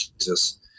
Jesus